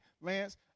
Lance